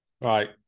Right